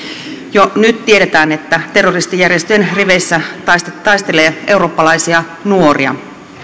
jo nyt tiedetään että terroristijärjestöjen riveissä taistelee taistelee eurooppalaisia nuoria